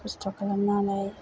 खस्त' खालामनानै